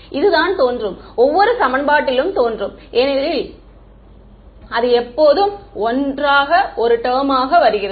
இதுதான் தோன்றும் ஒவ்வொரு சமன்பாட்டிலும் தோன்றும் ஏனெனில் அது எப்போதும் ஒன்றாக ஒரு டேர்ம் ஆக வருகிறது